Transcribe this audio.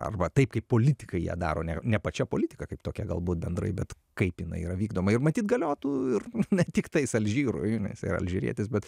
arba taip kaip politikai ją daro ne ne pačia politika kaip tokia galbūt bendrai bet kaip jinai yra vykdoma ir matyt galiotų ir ne tiktais alžyrui nes yra alžyrietis bet